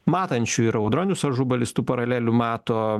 matančių ir audronius ažubalis tų paralelių mato